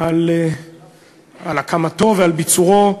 על הקמתו ועל ביצורו,